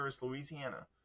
Louisiana